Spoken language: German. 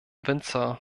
winzer